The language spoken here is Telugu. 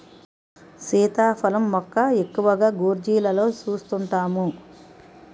సీతాఫలం మొక్క ఎక్కువగా గోర్జీలలో సూస్తుంటాము